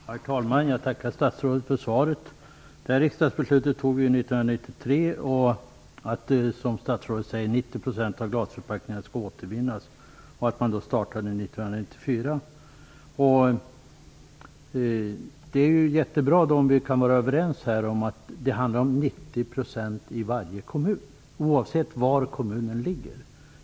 Herr talman! Jag tackar statsrådet för svaret. Riksdagen fattade 1993 beslut om att, som statsrådet säger, 90 % av glasförpackningar skall återvinnas med start 1994. Det är jättebra om vi kan vara överens om att det handlar om 90 % i varje kommun, oavsett var kommunen ligger.